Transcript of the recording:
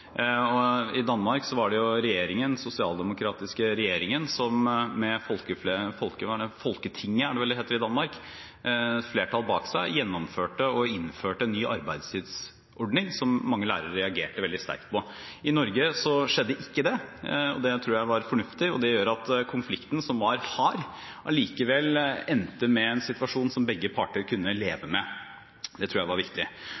I Danmark var det regjeringen, den sosialdemokratiske regjeringen, som med Folketingets – det er vel det det heter i Danmark – flertall bak seg gjennomførte og innførte en ny arbeidstidsordning som mange lærere reagerte veldig sterkt på. I Norge skjedde ikke det. Det tror jeg var fornuftig, og det gjør at konflikten, som var hard, allikevel endte med en situasjon som begge parter kunne leve med. Det tror jeg var viktig.